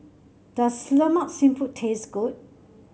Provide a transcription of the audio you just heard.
does Lemak Siput taste good